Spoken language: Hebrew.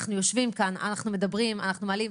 אנחנו יושבים כאן, אנחנו מדברים, אנחנו מעלים.